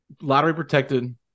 lottery-protected